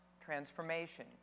transformation